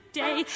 day